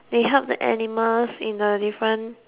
they help the animals in a different